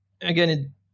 again